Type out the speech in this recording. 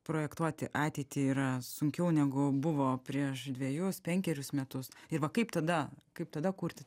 projektuoti ateitį yra sunkiau negu buvo prieš dvejus penkerius metus ir va kaip tada kaip tada kurti